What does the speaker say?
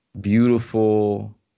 beautiful